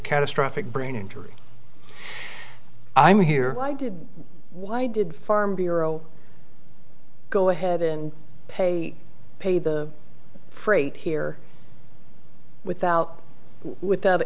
catastrophic brain injury i'm here i did what i did farm bureau go ahead and pay pay the freight here without without